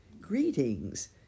greetings